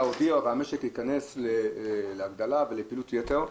הודיע והמשק ייכנס להגדלה ולפעילות יתר,